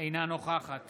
אינה נוכחת